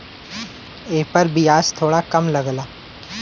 एपर बियाज थोड़ा कम लगला